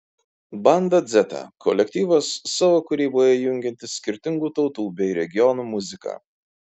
banda dzeta kolektyvas savo kūryboje jungiantis skirtingų tautų bei regionų muziką